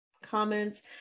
comments